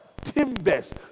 timbers